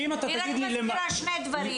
היא מזכירה רק שני דברים.